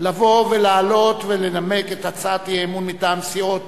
לבוא ולעלות ולנמק את הצעת האי-אמון מטעם סיעות